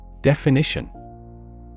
Definition